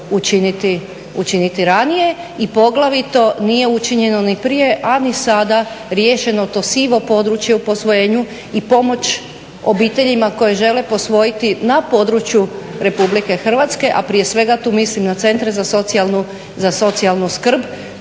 učiniti ranije i poglavito nije učinjeno ni prije, a ni sada riješeno to sivo područje u posvojenju i pomoć obiteljima koje žele posvojiti na području RH a prije svega tu mislim na centre za socijalnu skrb